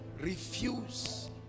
refuse